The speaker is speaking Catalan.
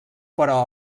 però